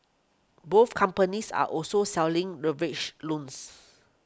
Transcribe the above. both companies are also selling loans